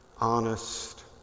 honest